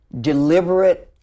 deliberate